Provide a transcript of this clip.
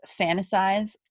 fantasize